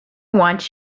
want